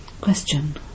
Question